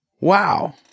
Wow